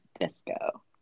disco